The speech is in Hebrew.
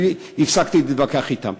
אני הפסקתי להתווכח אתן.